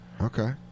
Okay